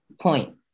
point